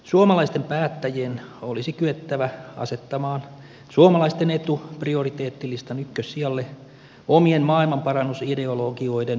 suomalaisten päättäjien olisi kyettävä asettamaan suomalaisten etu prioriteettilistan ykkössijalle omien maailmanparannusideologioiden asemesta